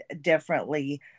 differently